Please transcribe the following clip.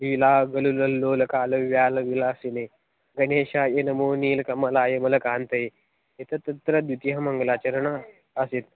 लीलागलुलल्लोलकालव्यालविलासिने गणेशाय नमो नीलकमलायमलकान्तये एतत् तत्र द्वितीयं मङ्गलाचरणम् आसीत्